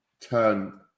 turn